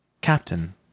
Captain